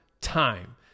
Time